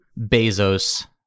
Bezos